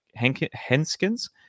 Henskins